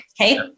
Okay